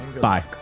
Bye